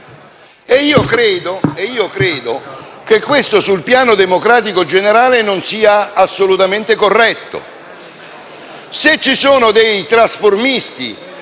Credo che questo, sul piano democratico generale, non sia assolutamente corretto.